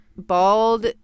bald